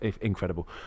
incredible